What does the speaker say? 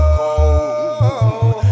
cold